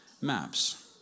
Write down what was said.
maps